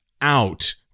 out